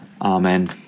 amen